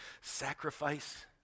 sacrifice